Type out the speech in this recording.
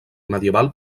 medieval